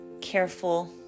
careful